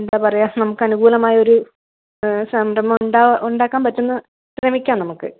എന്താ പറയുക നമക്കനുകൂലമായൊരു സംരഭം ഉണ്ടാക്കാൻ പറ്റുന്ന ശ്രമിക്കാം നമുക്ക്